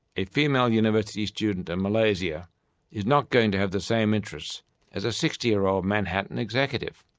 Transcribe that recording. a female university student in malaysia is not going to have the same interests as a sixty year old manhattan executive.